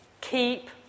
keep